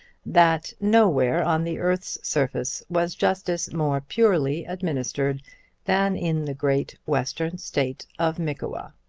that nowhere on the earth's surface was justice more purely administered than in the great western state of mickewa.